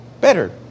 better